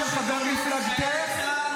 מצדיקה?